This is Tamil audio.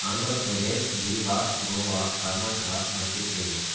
ஆந்திரப்பிரதேஷ் பீஹார் கோவா கர்நாடகா மத்தியப்பிரதேஷ்